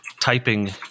typing